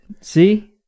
see